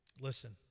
Listen